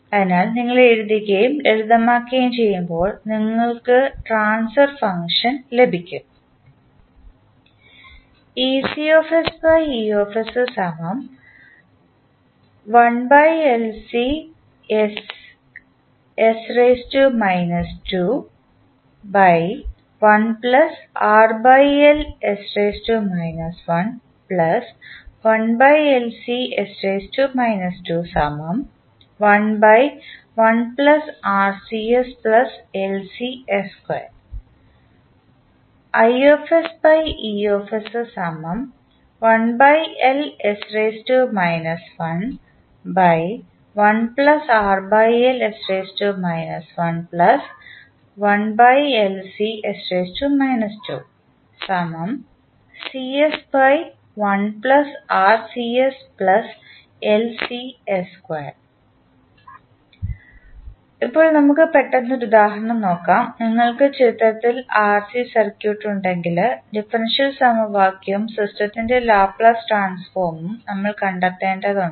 അതിനാൽ നിങ്ങൾ എഴുതുകയും ലളിതമാക്കുകയും ചെയ്യുമ്പോൾ നിങ്ങൾക്ക് ട്രാൻസ്ഫർ ഫംഗ്ഷൻ ലഭിക്കും ഇപ്പോൾ നമുക്ക് പെട്ടെന്ന് ഒരു ഉദാഹരണം നോക്കാം നിങ്ങൾക്ക് ചിത്രത്തിൽ ആർസി സർക്യൂട്ട് ഉണ്ടെങ്കിൽ ഡിഫറൻഷ്യൽ സമവാക്യവും സിസ്റ്റത്തിൻറെ ലാപ്ലേസ് ട്രാൻസ്ഫോർമും നമ്മൾ കണ്ടെത്തേണ്ടതുണ്ട്